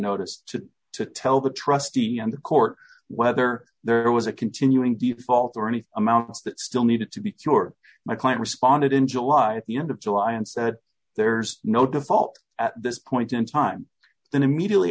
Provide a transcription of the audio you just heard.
notice to to tell the trustee and the court whether there was a continuing default or anything amounts that still needed to be sure my client responded in july the end of july and said there's no default at this point in time then immediately